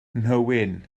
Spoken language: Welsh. nhywyn